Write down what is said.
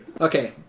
Okay